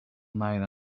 night